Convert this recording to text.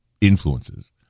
influences